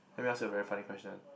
let me ask you a very funny question